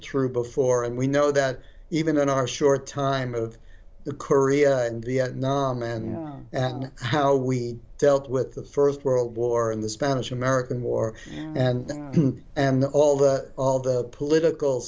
through before and we know that even in our short time of the korea and vietnam and how we dealt with the st world war and the spanish american war and then and all that all the political